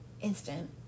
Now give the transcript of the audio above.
instant